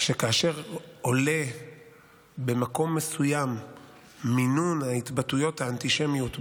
שכאשר עולה במקום מסוים מינון ההתבטאויות האנטישמיות ברשת,